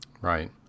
Right